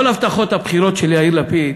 כל הבטחות הבחירות של יאיר לפיד